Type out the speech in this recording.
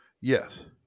Yes